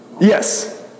Yes